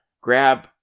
grab